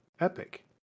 epic